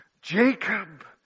Jacob